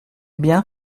bien